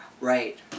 Right